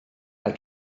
mae